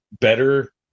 better